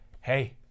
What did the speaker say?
hey